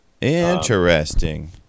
Interesting